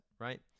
right